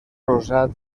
rosat